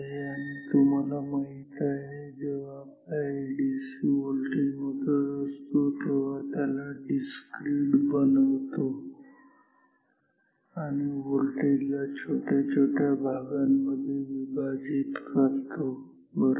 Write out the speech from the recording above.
आणि तुम्हाला माहित आहे जेव्हा हा आपला एडीसी व्होल्टेज मोजत असतो तेव्हा तो त्याला डिस्क्रिट बनवतो किंवा किंवा व्होल्टेज ला छोट्या छोट्या भागांमध्ये विभाजित करतो बरोबर